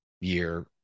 year